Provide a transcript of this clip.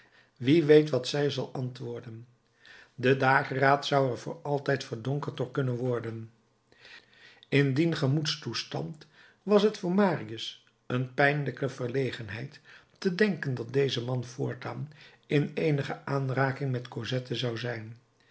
wie weet wat zij zal antwoorden de dageraad zou er voor altijd verdonkerd door kunnen worden in dien gemoedstoestand was het voor marius een pijnlijke verlegenheid te denken dat deze man voortaan in eenige aanraking met cosette zou zijn